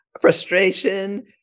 frustration